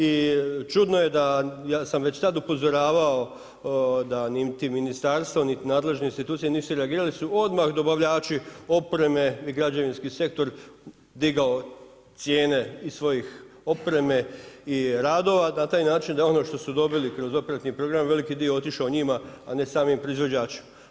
I čudno je, ja sam već tada upozoravao da niti ministarstvo niti nadležne institucije nisu reagirali, su odmah dobavljači opreme i građevinski sektor digao cijene i svoje opreme i radova i na taj način da ono što su dobili kroz operativni program veliki dio je otišao njima, a ne samim proizvođačima.